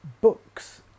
Books